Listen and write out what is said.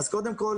קודם כול,